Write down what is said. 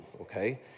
Okay